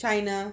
china